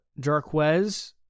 Jarquez